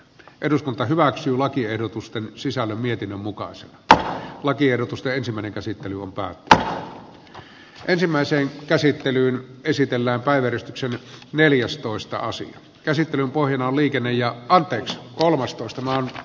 eduskunta hyväksyy lakiehdotusten sisällön mietinnön mukaan se että lakiehdotusta ensimmäinen käsittely on päätti ensimmäiseen käsittelyyn esitellä päivystyksen neljästoista asian käsittelyn pohjana liikenne ja context kolmastoista maalilla